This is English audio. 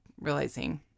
realizing